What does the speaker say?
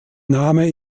name